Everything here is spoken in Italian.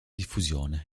diffusione